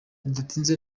bidatinze